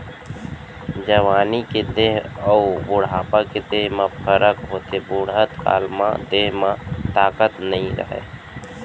जवानी के देंह अउ बुढ़ापा के देंह म फरक होथे, बुड़हत काल म देंह म ताकत नइ रहय